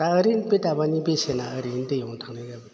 दा ओरैनो बे दाबानि बेसेना ओरैनो दैआवनो थांनाय जाबाय